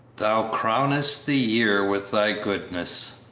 thou crownest the year with thy goodness